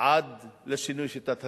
עד לשינוי שיטת הממשל.